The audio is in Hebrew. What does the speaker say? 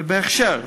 ובהכשר.